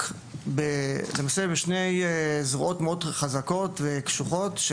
למעשה בשתי זרועות מאוד חזקות וקשוחות,